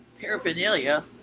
paraphernalia